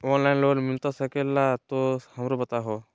Online loan मिलता सके ला तो हमरो बताई?